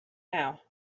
now